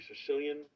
Sicilian